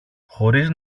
χωρίς